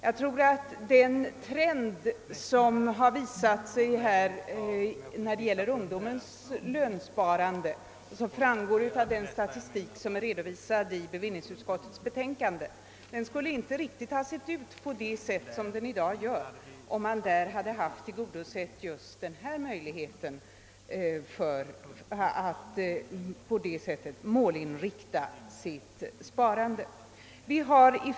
Den nedåtgående trend som visat sig i ungdomens lönsparande och som framgår av den statistik som återfinns i bevillningsutskottets betänkande skulle kanske inte riktigt ha sett ut som den i dag gör, om man tillvaratagit möjligheten att målinrikta sparandet.